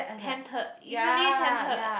tempted you really tempted